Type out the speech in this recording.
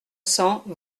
cents